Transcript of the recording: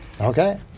Okay